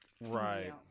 Right